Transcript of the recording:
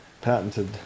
patented